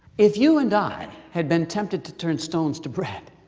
if you and i had been tempted to turn stones to bread,